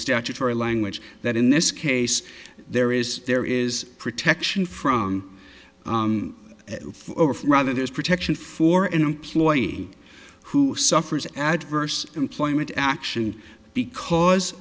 statutory language that in this case there is there is protection from rather this protection for an employee who suffers adverse employment action because